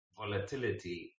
volatility